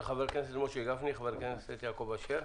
של חבר הכנסת משה גפני, חבר הכנסת יעקב אשר.